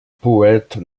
poète